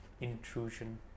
intrusion